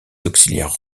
auxiliaires